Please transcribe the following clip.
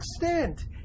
extent